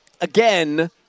again